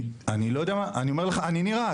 אני לא יודע מה, אני אומר לך, אני נרעש.